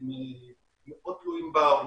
הם מאוד תלויים ברוסים.